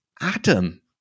Adam